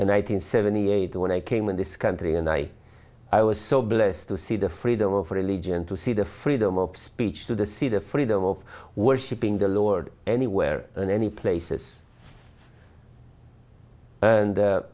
hundred seventy eight when i came in this country and i i was so blessed to see the freedom of religion to see the freedom of speech to the see the freedom of worship in the lord anywhere in any places and